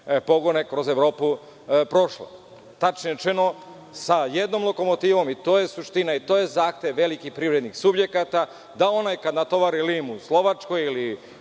pogone kroz Evropu prošla. Tačnije rečeno sa jednom lokomotivom i to je suština i to je zahtev velikih privrednih subjekata da onaj ko natovari limun u Slovačkoj ili